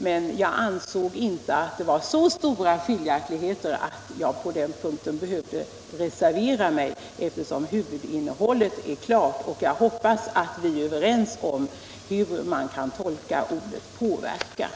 Men jag ansåg inte att det var så stora skiljaktigheter att jag på den punkten behövde reservera mig, eftersom huvudinnehållet är klart, och jag hoppas att vi är överens om hur man kan tolka ordet påverkan.